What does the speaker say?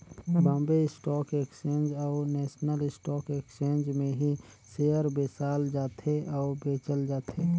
Bombay Stock Exchange अउ National Stock Exchange में ही सेयर बेसाल जाथे अउ बेंचल जाथे